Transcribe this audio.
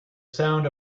sound